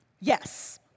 Yes